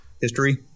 history